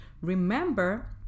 remember